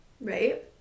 right